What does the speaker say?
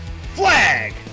Flag